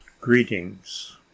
greetings